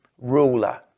ruler